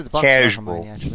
casual